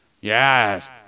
yes